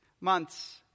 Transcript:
months